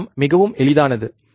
வரைபடம் மிகவும் எளிதானது